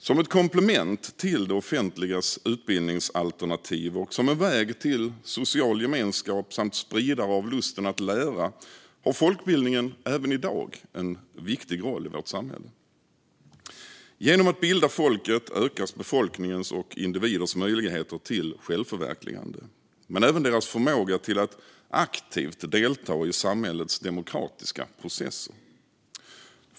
Som ett komplement till det offentligas utbildningsalternativ och som en väg till social gemenskap samt spridare av lusten att lära har folkbildningen även i dag en viktig roll i vårt samhälle. Genom att bilda folket ökas befolkningens och individernas möjligheter till självförverkligande, men även deras förmåga till att aktivt delta i samhällets demokratiska processer.